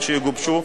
לכשיגובשו,